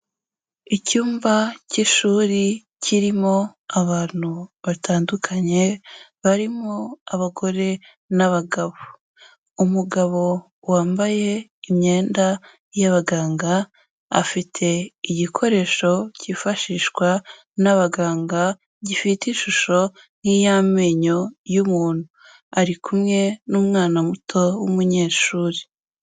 Icyumba cy'ishuri kirimo abantu batandukanye, barimo abagore n'abagabo, umugabo wambaye imyenda y'abaganga, afite igikoresho cyifashishwa n'abaganga gifite ishusho nk'iy'amenyo y'umuntu, ari kumwe n'umwana muto w'umunyeshuri.